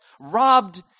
robbed